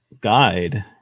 guide